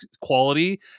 quality